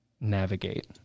navigate